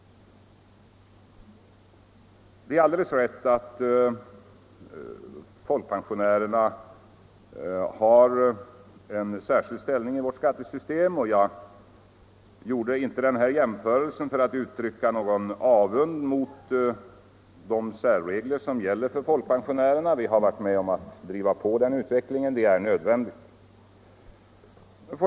Det är alldeles rätt att folkpensionärerna har en särskild ställning i vårt skattesystem. Jag gjorde inte jämförelsen för att uttrycka någon avund mot de särregler som gäller för folkpensionärerna — vi har varit med om att driva på den utvecklingen.